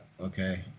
okay